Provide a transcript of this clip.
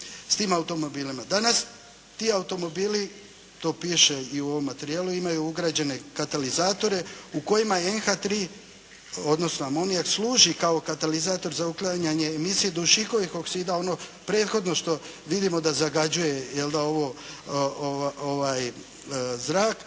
s tim automobilima? Danas ti automobili, to piše i u ovom materijalu, imaju ugrađene katalizatore u kojima je NH3, odnosno amonijak služi kao katalizator za uklanjanje emisije dušikovih oksida, ono prethodno što vidimo da zagađuje zrak